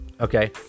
Okay